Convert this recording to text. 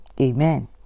Amen